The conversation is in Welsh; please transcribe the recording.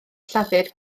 llafur